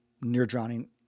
near-drowning